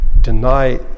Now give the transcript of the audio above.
deny